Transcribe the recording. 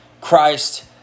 Christ